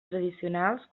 tradicionals